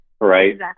Right